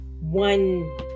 one